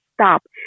stop